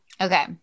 Okay